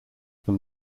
them